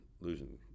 losing